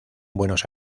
buenos